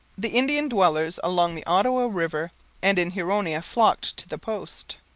the indian dwellers along the ottawa river and in huronia flocked to the post.